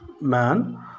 man